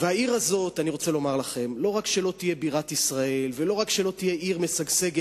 הזאת לא רק שלא תהיה בירת ישראל ולא רק שלא תהיה עיר משגשגת,